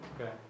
Okay